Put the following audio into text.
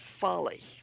folly